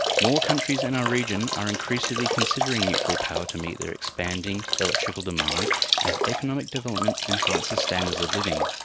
more countries in our region are increasingly considering nuclear power to meet their expanding electrical demand as economic development enhances standards of living.